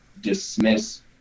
dismiss